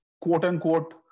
quote-unquote